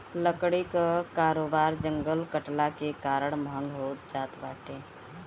लकड़ी कअ कारोबार जंगल कटला के कारण महँग होत जात बाटे